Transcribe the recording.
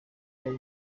yari